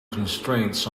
constraints